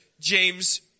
James